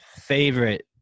favorite